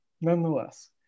nonetheless